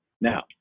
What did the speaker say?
Now